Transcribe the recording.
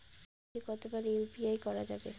দিনে কতবার ইউ.পি.আই করা যাবে?